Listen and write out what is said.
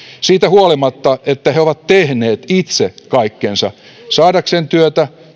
siitä huolimatta että he ovat tehneet itse kaikkensa saadakseen työtä